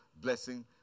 blessing